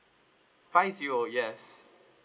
five zero yes